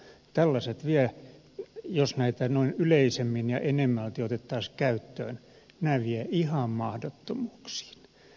tällaiset vievät jos näitä noin yleisemmin ja enemmälti otettaisiin käyttöön ihan mahdottomuuksiin